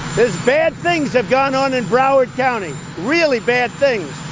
this bad things have gone on in broward county. really bad things.